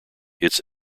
it’s